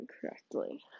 correctly